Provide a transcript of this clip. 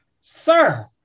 Sir